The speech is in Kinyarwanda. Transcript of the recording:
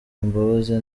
imbabazi